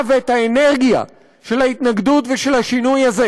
ואת האנרגיה של ההתנגדות ושל השינוי הזה